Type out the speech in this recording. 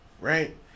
right